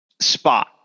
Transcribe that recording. spot